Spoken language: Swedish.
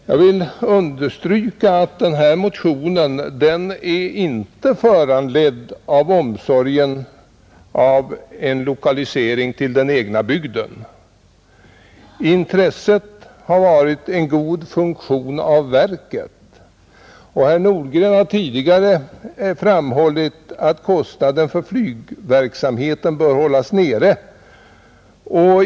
Jag vill understryka att denna motion inte är föranledd av omsorgen om en lokalisering till den egna bygden, Intresset är en god funktion i verket. Herr Nordgren har tidigare framhållit att kostnaden för flygverksamheten bör hållas nere.